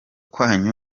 kwanyu